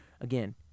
again